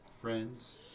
friends